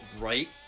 right